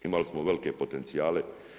Imali smo velike potencijale.